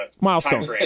milestone